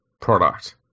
product